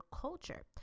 culture